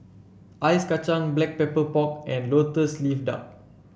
Ice Kacang Black Pepper Pork and lotus leaf duck